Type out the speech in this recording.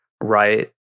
right